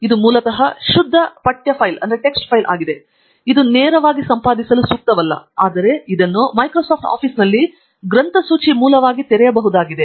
ಇದು ಮೂಲತಃ ಶುದ್ಧ ಪಠ್ಯ ಫೈಲ್ ಆಗಿದೆ ಇದು ನೇರವಾಗಿ ಸಂಪಾದಿಸಲು ಸೂಕ್ತವಲ್ಲ ಆದರೆ ಇದನ್ನು ಮೈಕ್ರೋಸಾಫ್ಟ್ ಆಫೀಸ್ನಲ್ಲಿ ಗ್ರಂಥಸೂಚಿ ಮೂಲವಾಗಿ ತೆರೆಯಬಹುದಾಗಿದೆ